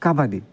kabaddi